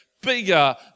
bigger